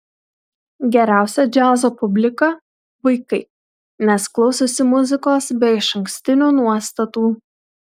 geriausia džiazo publika vaikai nes klausosi muzikos be išankstinių nuostatų